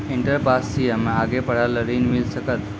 Inter pass छी हम्मे आगे पढ़े ला ऋण मिल सकत?